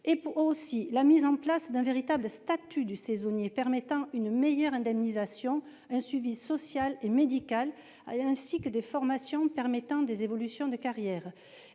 convient de mettre en oeuvre un véritable statut du saisonnier, qui garantisse une meilleure indemnisation, un suivi social et médical, ainsi que des formations permettant des évolutions de carrière.